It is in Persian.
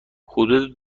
حدود